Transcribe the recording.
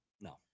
no